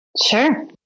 Sure